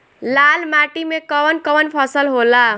लाल माटी मे कवन कवन फसल होला?